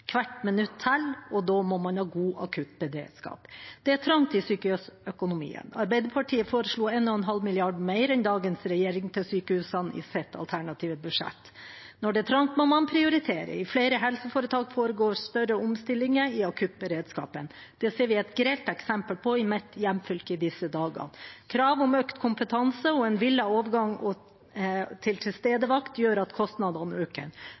Hvert minutt teller, og da må man ha god akuttberedskap. Det er trangt i sykehusøkonomien. Arbeiderpartiet foreslo 1,5 mrd. kr mer enn dagens regjering til sykehusene i sitt alternative budsjett. Når det er trangt, må man prioritere. I flere helseforetak foregår det større omstillinger i akuttberedskapen. Det ser vi et grelt eksempel på i mitt hjemfylke i disse dager. Krav om økt kompetanse og en villet overgang til tilstedevakt gjør at kostnadene øker.